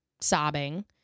sobbing